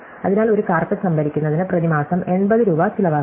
അതിനാൽ ഒരു കാർപെറ്റ് സംഭരിക്കുന്നതിന് പ്രതിമാസം 80 രൂപ ചിലവാകും